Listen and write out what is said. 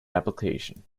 application